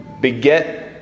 beget